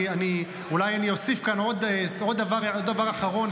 אולי אוסיף כאן עוד דבר אחרון,